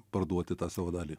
parduoti tą savo dalį